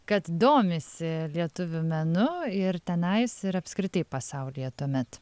kad domisi lietuvių menu ir tenais ir apskritai pasaulyje tuomet